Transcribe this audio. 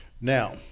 Now